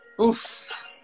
Oof